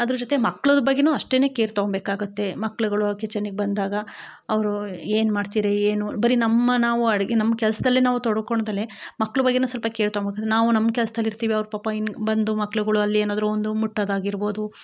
ಅದ್ರ ಜೊತೆ ಮಕ್ಳು ಬಗ್ಗೆಯೂ ಅಷ್ಟೆಯೇ ಕೇರ್ ತೊಗೊಳ್ಬೇಕಾಗುತ್ತೆ ಮಕ್ಳುಗಳು ಕಿಚನಿಗೆ ಬಂದಾಗ ಅವ್ರವ್ರು ಏನು ಮಾಡ್ತೀರಿ ಏನು ಬರೀ ನಮ್ಮ ನಾವು ಅಡುಗೆ ನಮ್ಮ ಕೆಲಸದಲ್ಲೆ ನಾವು ತೊಡ್ಕೊಳೋದಲ್ದೇ ಮಕ್ಳು ಬಗ್ಗೆಯೂ ಸ್ವಲ್ಪ ಕೆರ್ ತೊಗೊಳ್ಬೇಕು ನಾವು ನಮ್ಮ ಕೆಲಸದಲ್ಲಿ ಇರ್ತೀವಿ ಅವ್ರು ಪಾಪ ಇನ್ನು ಬಂದು ಮಕ್ಳುಗಳು ಅಲ್ಲಿ ಏನಾದರು ಒಂದು ಮುಟ್ಟೋದಾಗಿರಬೋದು